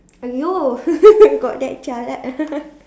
no got that jialat